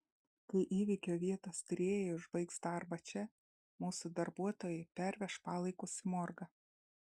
kai įvykio vietos tyrėjai užbaigs darbą čia mūsų darbuotojai perveš palaikus į morgą